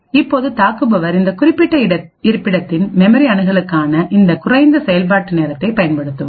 இப்போது தாக்குபவர் இந்த குறிப்பிட்ட இருப்பிடத்தின்மெமரி அணுகலுக்காக இந்த குறைந்த செயல்பாட்டு நேரத்தை பயன்படுத்துவார்